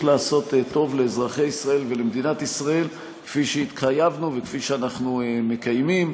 לעשות טוב לאזרחי ולמדינת ישראל כפי שהתחייבנו וכפי שאנחנו מקיימים.